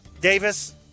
Davis